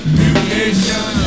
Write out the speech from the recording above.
mutation